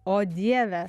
o dieve